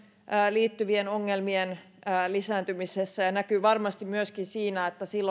liittyvien ongelmien lisääntymisessä ja näkyy varmasti myöskin siinä että silloin